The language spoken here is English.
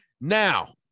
Now